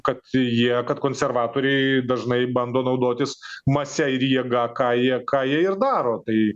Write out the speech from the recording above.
kad jie kad konservatoriai dažnai bando naudotis mase ir jėga ką jie ką jie ir daro tai